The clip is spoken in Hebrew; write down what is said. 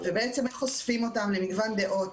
ובעצם איך אוספים אותם למגוון דעות,